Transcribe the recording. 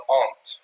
aunt